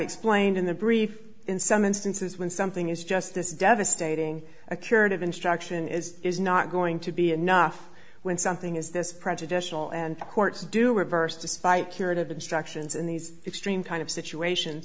explained in the brief in some instances when something is just this devastating a curative instruction is is not going to be enough when something is this prejudicial and courts do reverse despite curative instructions in these extreme kind of situation